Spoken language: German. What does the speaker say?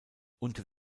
unter